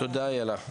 תודה, איילה.